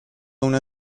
una